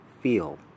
feel